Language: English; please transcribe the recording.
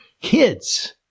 kids